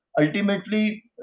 Ultimately